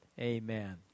amen